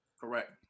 Correct